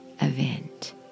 event